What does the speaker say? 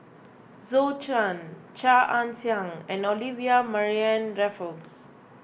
Zhou Can Chia Ann Siang and Olivia Mariamne Raffles